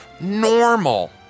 normal